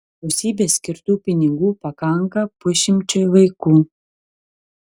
vyriausybės skirtų pinigų pakanka pusšimčiui vaikų